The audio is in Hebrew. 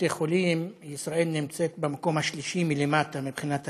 בבתי חולים ישראל נמצאת במקום השלישי מלמטה מבחינת הצפיפות.